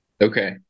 Okay